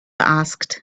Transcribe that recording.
asked